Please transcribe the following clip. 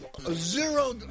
zero